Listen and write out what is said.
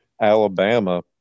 Alabama